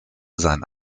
sein